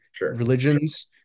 religions